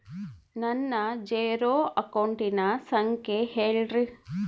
ನನ್ನ ಜೇರೊ ಅಕೌಂಟಿನ ಸಂಖ್ಯೆ ಹೇಳ್ರಿ?